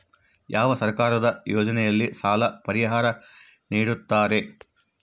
ಯಾವ ಸರ್ಕಾರದ ಯೋಜನೆಯಲ್ಲಿ ಸಾಲ ಪರಿಹಾರ ನೇಡುತ್ತಾರೆ?